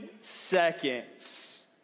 seconds